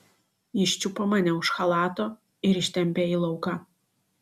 jis čiupo mane už chalato ir ištempė į lauką